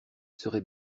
serait